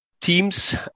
Teams